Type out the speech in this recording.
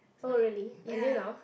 so ya